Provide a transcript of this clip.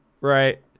Right